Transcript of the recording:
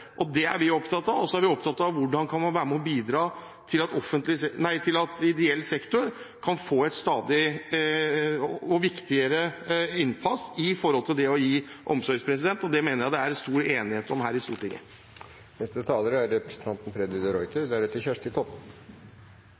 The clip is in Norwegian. vi opptatt av. Og så er vi opptatt av hvordan man kan være med og bidra til at ideell sektor kan få et stadig viktigere innpass når det gjelder å gi omsorg. Det mener jeg det er stor enighet om her i Stortinget. Jeg synes at debatten her i salen fortsatt er